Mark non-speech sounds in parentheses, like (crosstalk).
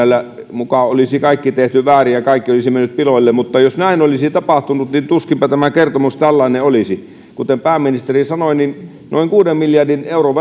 muka olisi kaikki tehty väärin ja kaikki olisi mennyt piloille mutta jos näin olisi tapahtunut niin tuskinpa tämä kertomus tällainen olisi kuten pääministeri sanoi noin kuuden miljardin euron (unintelligible)